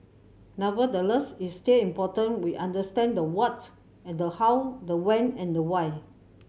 nevertheless it's still important we understand the what and the how the when and the why